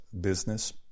business